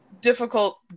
difficult